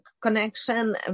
connection